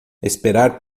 esperar